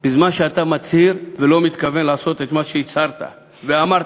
בזמן שאתה מצהיר ולא מתכוון לעשות מה שהצהרת ואמרת?